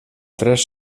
tres